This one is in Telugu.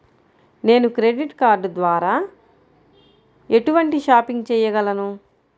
నేను క్రెడిట్ కార్డ్ ద్వార ఎటువంటి షాపింగ్ చెయ్యగలను?